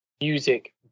music